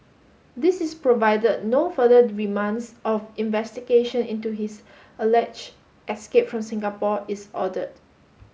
this is provided no further remands of investigation into his alleged escape from Singapore is ordered